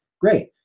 great